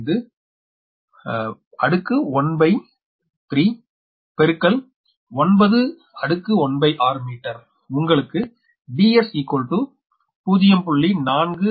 965⅓ ⅙மீட்டர் உங்களுக்கு Ds 0